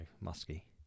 Musky